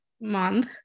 month